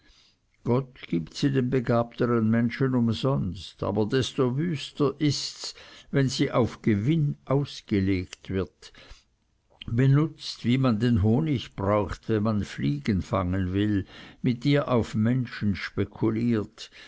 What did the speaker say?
gott gibt sie den begabtern menschen umsonst aber desto wüster ists wenn sie auf gewinn ausgelegt wird benutzt wie man den honig braucht wenn man fliegen fangen will mit ihr auf menschen spekuliert